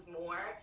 more